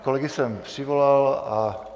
Kolegy jsem přivolal.